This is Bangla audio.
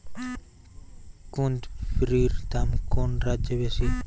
কুঁদরীর দাম কোন রাজ্যে বেশি?